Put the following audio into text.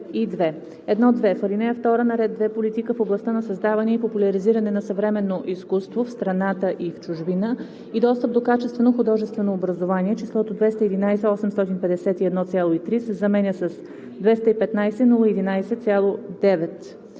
1.2. В ал. 2, ред 2 „Политика в областта на създаване и популяризиране на съвременно изкуство в страната и в чужбина и достъп до качествено художествено образование“ числото „211 851,3“ се заменя с „215 011,9“